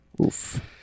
Oof